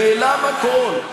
אתה מטפס פה על רכבת, נעלם הכול.